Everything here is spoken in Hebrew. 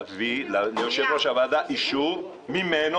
תביא ליושב-ראש הוועדה אישור ממנו,